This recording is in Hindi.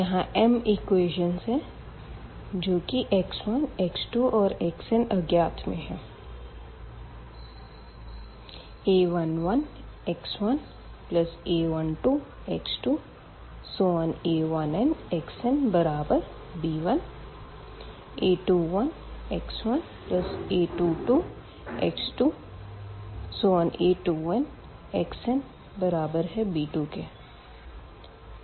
यहाँ m इक्वेशन है जो कि x1 x2 और xnअज्ञात में है